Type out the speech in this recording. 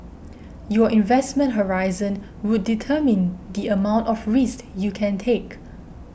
your investment horizon would determine the amount of risks you can take